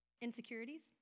insecurities